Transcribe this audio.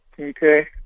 Okay